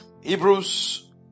Hebrews